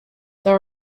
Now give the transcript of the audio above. there